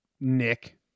Nick